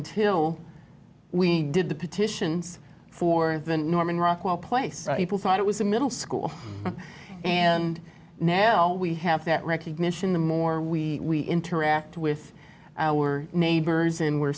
till we did the petitions for the norman rockwell place people thought it was a middle school and now we have that recognition the more we interact with our neighbors and we're